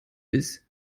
ist